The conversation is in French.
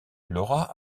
laura